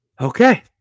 Okay